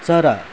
चरा